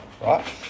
right